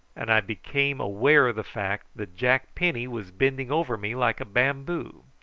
and i became aware of the fact that jack penny was bending over me like a bamboo.